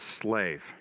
slave